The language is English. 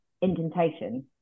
indentation